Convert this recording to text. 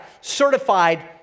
certified